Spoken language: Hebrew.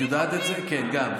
את יודעת את זה, כן, גם.